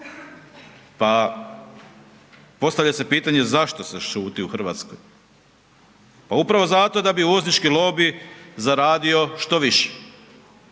Pa postavlja se pitanje zašto se šuti u Hrvatskoj, pa upravo zato da bi uvoznički lobij zaradio što više.